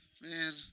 Man